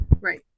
Right